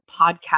podcast